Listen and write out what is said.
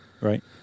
Right